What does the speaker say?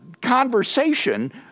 conversation